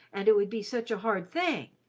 and it would be such a hard thing.